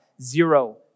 zero